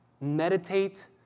meditate